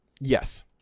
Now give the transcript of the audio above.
Yes